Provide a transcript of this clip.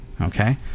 Okay